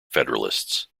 federalists